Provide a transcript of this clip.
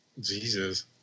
jesus